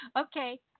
Okay